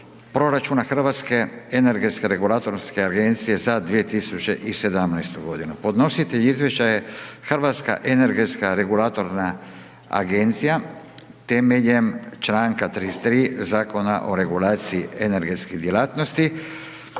Hrvatska energetska regulatorna agencija Podnositelj izvješća je Hrvatska energetska regulatorna agencija temeljem članka 33. Zakona o regulaciji energetske djelatnosti.